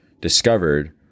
discovered